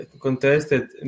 contested